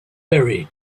very